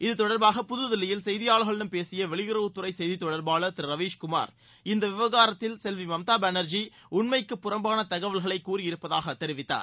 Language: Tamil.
இது தொடர்பாக புதுதில்லியில் செய்தியாளர்களிடம் பேசிய வெளியுறவத்துறை செய்தித் தொடர்பாளர் திரு ரவீஸ் குமார் இந்த விவகாரத்தில் செல்வி மம்தா பானர்ஜி உண்மைக்கு புறம்பாள தகவல்களை கூறியிருப்பதாக தெரிவித்தார்